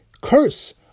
curse